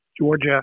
Georgia